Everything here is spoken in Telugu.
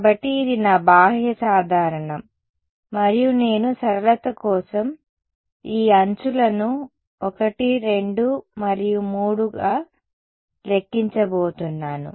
కాబట్టి ఇది నా బాహ్య సాధారణం మరియు నేను సరళత కోసం ఈ అంచులను 1 2 మరియు 3గా లెక్కించబోతున్నాను